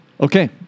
Okay